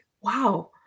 Wow